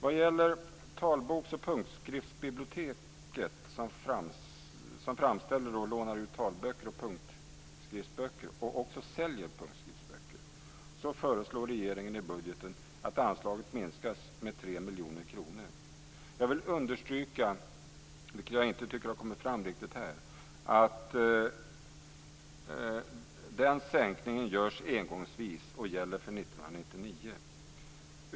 Vad gäller Talboks och punktskriftsbiblioteket, som framställer och lånar ut talböcker och punktskriftsböcker och också säljer punktskriftsböcker, föreslår regeringen i budgeten att anslaget minskas med 3 miljoner kronor. Jag vill understryka att den sänkningen görs engångsvis och gäller för 1999. Jag tycker inte att det framkommit här.